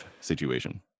situation